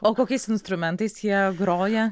o kokiais instrumentais jie groja